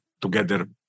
together